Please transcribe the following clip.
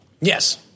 Yes